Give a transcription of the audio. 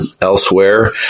elsewhere